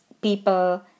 people